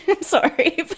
sorry